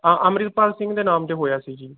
ਹਾਂ ਅੰਮ੍ਰਿਤਪਾਲ ਸਿੰਘ ਦੇ ਨਾਮ 'ਤੇ ਹੋਇਆ ਸੀ ਜੀ